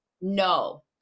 No